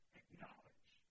acknowledge